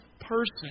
person